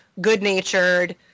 good-natured